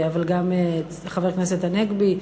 אבל גם חבר הכנסת הנגבי,